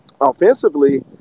offensively